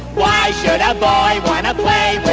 why should i buy when i play